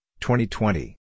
2020